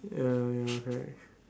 ya ya correct